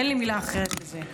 אין לי מילה אחרת לזה.